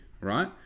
right